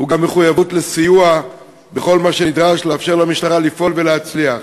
הוא גם מחויבות לסיוע בכל מה שנדרש כדי לאפשר למשטרה לפעול ולהצליח.